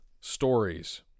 stories